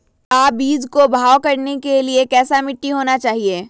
का बीज को भाव करने के लिए कैसा मिट्टी होना चाहिए?